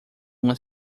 uma